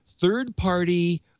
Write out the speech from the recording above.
third-party